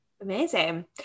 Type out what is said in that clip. amazing